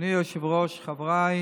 אדוני היושב-ראש, חבריי